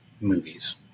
movies